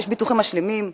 יש ביטוחים משלימים,